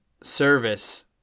service